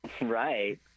Right